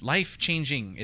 Life-changing